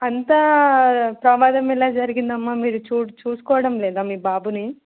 అంత ప్రమాదం ఎలా జరిగింది అమ్మ మీరు చూ చూసుకోవడం లేదా మీ బాబుని